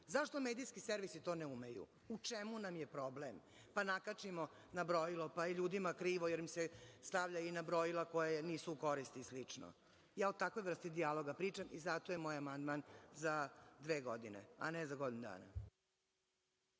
Zašto Medijski servisi to ne umeju? U čemu nam je problem? Nakačimo na brojilo, pa je ljudima krivo jer im se stavlja na brojila koja nisu u koristi i slično. Ja o takvoj vrsti dijaloga pričam i zato je moj amandman za dve godine, a ne za godinu dana.